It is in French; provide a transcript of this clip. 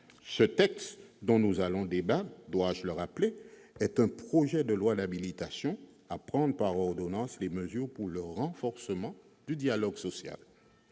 Le texte dont nous allons débattre est un projet de loi d'habilitation à prendre par ordonnances les mesures pour le renforcement du dialogue social.